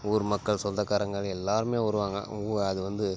ஊர் மக்கள் சொந்தக்கராங்கன்னு எல்லாருமே வருவாங்க அது வந்து